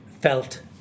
felt